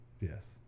yes